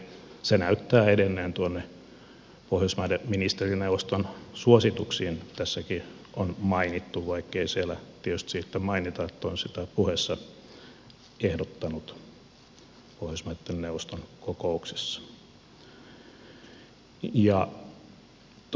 se näyttää edenneen tuonne pohjoismaiden ministerineuvoston suosituksiin tässäkin on mainittu vaikkei siellä tietysti siitä mainita että olen sitä puheessa ehdottanut pohjoismaitten neuvoston kokouksessa